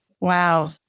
Wow